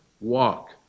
walk